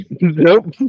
Nope